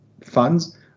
funds